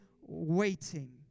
waiting